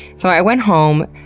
so i went home,